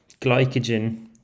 glycogen